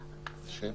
עוד